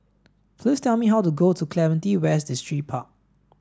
please tell me how to go to Clementi West Distripark